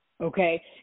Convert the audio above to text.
Okay